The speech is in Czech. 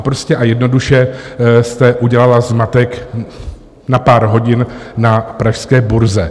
Prostě a jednoduše jste udělala zmatek na pár hodin na pražské burze.